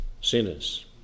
sinners